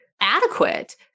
adequate